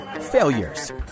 failures